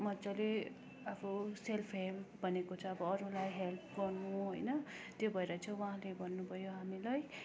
मजाले अब self help भनेको छ अब अरूलाई हेल्प गर्नु होइन त्यो भएर चाहिँ उहाँले भन्नुभयो हामीलाई